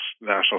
national